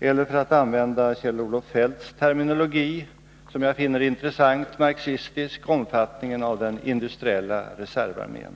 eller — för att använda Kjell-Olof Feldts terminologi, som jag finner marxistiskt intressant — bilder av omfattningen av den industriella reservarmén.